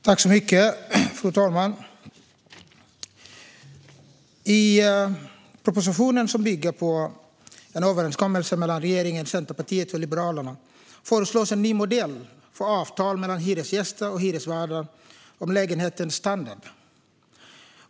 Fru talman! I propositionen, som bygger på en överenskommelse mellan regeringen, Centerpartiet och Liberalerna, föreslås en ny modell för avtal mellan hyresgäster och hyresvärdar om lägenhetens standard.